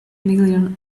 million